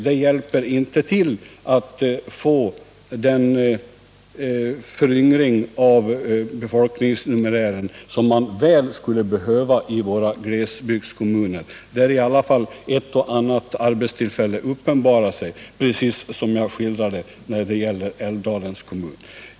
Det hjälper inte till att få den föryngring av befolkningsnumerären som så väl behövs i våra glesbygdskommuner, där i varje fall ett och annat arbetstillfälle uppenbarar sig, som jag skildrade när det gäller Älvdalens kommun.